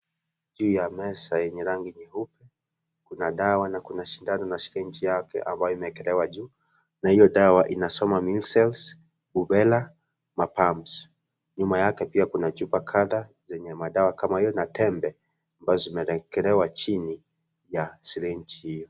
Juu ya meza yenye rangi nyeupe kuna dawa na kuna shindano na sirinji yake ambayo imeekelewa juu na hio dawa inasoma Measles Rubella Mupumps nyuma yake pia kuna chupa kadha zenye madawa kama hio na tembe ambazo zimeekelewa chini ya sirinji hio.